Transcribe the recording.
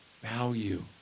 value